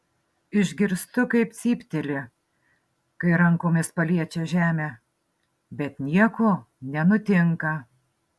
išgirstu kaip cypteli kai rankomis paliečia žemę bet nieko nenutinka